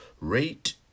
rate